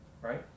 right